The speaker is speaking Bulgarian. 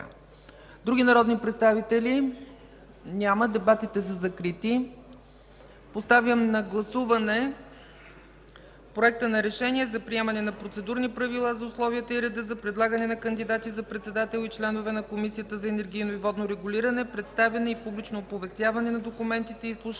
Други народни представители? Няма. Дебатите са закрити. Поставям на гласуване Проекта на Решение за приемане на процедурни правила за условията и реда за предлагане на кандидати за председател и членове на Комисията за енергийно и водно регулиране, представяне и публично оповестяване на документите и изслушването